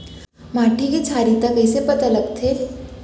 माटी के क्षारीयता कइसे पता लगथे?